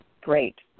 Great